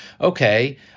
okay